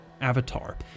Avatar